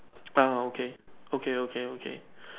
ah okay okay okay okay